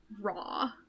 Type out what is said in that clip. raw